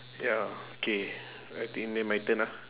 ya okay I think then my turn ah